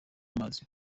amazi